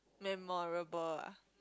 memorable ah